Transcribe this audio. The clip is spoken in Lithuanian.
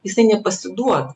jisai nepasiduoda